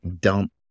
dump